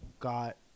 got